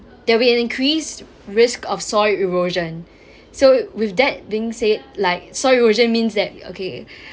there will be an increased risk of soil erosion so with that being said like soil erosion means that okay